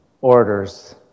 orders